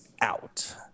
out